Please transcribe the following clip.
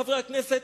חברי הכנסת,